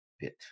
bit